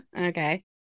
Okay